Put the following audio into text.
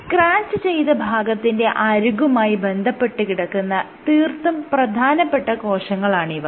scratch ചെയ്ത ഭാഗത്തിന്റെ അരികുമായി ബന്ധപ്പെട്ട കിടക്കുന്ന തീർത്തും പ്രധാനപ്പെട്ട കോശങ്ങളാണിവ